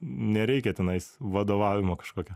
nereikia tenais vadovavimo kažkokio